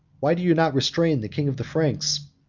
why do you not restrain the king of the franks?